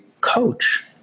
coach